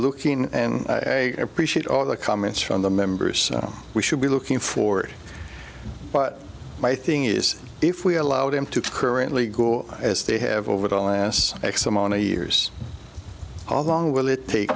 looking and appreciate all the comments from the members we should be looking for but my thing is if we allow them to currently go as they have over the last x amount of years of long will it take